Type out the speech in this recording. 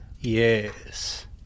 Yes